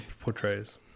portrays